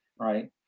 right